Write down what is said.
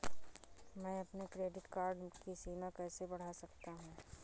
मैं अपने credit card की सीमा कैसे बढ़ा सकता हूँ?